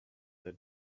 that